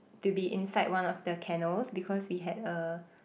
to be inside one of the kennels because we had a